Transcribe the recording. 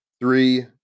three